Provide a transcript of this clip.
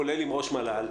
כולל עם ראש מל"ל,